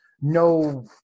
no